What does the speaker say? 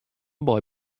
boy